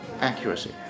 accuracy